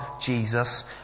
Jesus